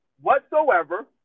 Whatsoever